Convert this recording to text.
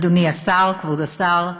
אדוני השר, כבוד השר,